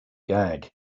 gag